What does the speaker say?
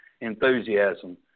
enthusiasm